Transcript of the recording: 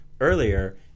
earlier